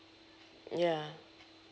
ya